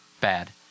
bad